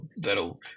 that'll